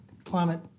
Climate